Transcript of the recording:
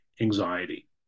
anxiety